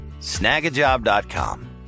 Snagajob.com